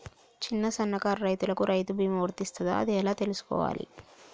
చిన్న సన్నకారు రైతులకు రైతు బీమా వర్తిస్తదా అది ఎలా తెలుసుకోవాలి?